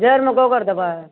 जैड़मे गोबर देबै